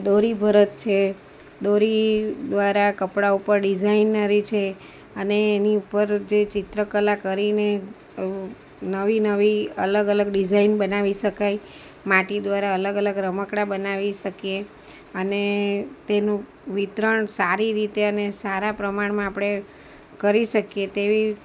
દોરી ભરત છે દોરીવારા કપડા ઉપર ડિઝાઇનરી છે અને એની ઉપર જે ચિત્ર કલા કરીને નવી નવી અલગ અલગ ડિઝાઇન બનાવી શકાય માટી દ્વારા અલગ અલગ રમકડાં બનાવી શકીએ અને તેનું વિતરણ સારી રીતે અને સારા પ્રમાણમાં આપણે કરી શકીએ તેવી